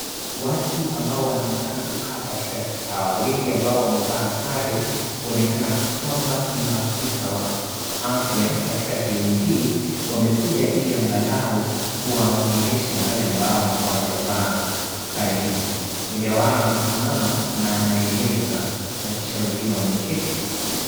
Watu ambao wanaonekana kukaa katika kikao. Wengi ambao wamevaa sare kuonekana kwamba ni maafisa wa afya katika sehemu hii. Wamekuja Ili angalau kuwaongelesha wale ambao hawajavaa sare hizi. Mmoja wao amesimama na anaeleza na kisha wengine wameketi kuskiza.